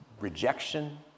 rejection